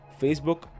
Facebook